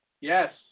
Yes